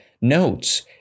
notes